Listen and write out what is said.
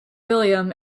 william